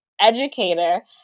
educator